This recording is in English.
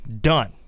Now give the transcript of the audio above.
done